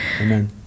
Amen